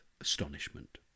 astonishment